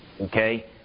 okay